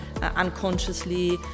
unconsciously